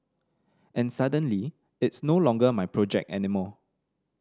and suddenly it's no longer my project anymore